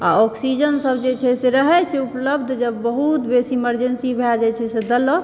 आ ऑक्सिजन सभ जे छै से रहै छै उपलब्ध जब बहुत बेसी इमर्जेन्सी भय जाइ छै से देलक